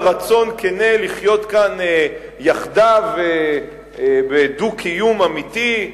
רצון כן לחיות כאן יחדיו בדו-קיום אמיתי,